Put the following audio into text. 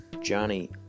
Johnny